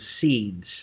seeds